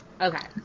Okay